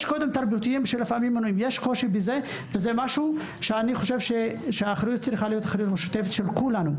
זה משהו שאני חושב שהוא באחריות משותפת של כולנו,